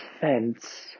fence